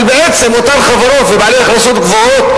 אבל בעצם אותם חברות ובעלי הכנסות גבוהות,